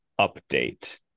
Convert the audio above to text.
update